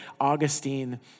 Augustine